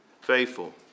Faithful